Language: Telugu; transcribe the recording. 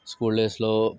స్కూల్ డేస్లో